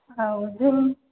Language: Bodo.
औ जों